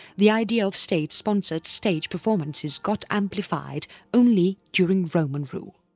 the idea of state sponsored stage performances got amplified only during roman rule.